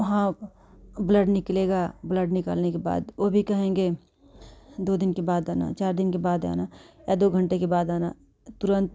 वहाँ ब्लड निकलेगा ब्लड निकलने के बाद वह भी कहेंगे दो दिन के बाद आना चार दिन के बाद आना दो घंटे के बाद आना तुरंत